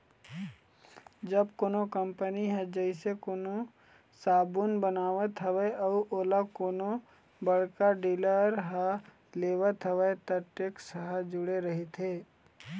जब कोनो कंपनी ह जइसे कोनो साबून बनावत हवय अउ ओला कोनो बड़का डीलर ह लेवत हवय त टेक्स ह जूड़े रहिथे